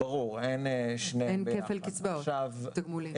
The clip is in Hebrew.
אין כפל תגמולים.